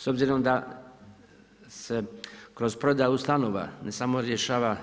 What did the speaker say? S obzirom da se kroz prodaju ustanova ne samo rješava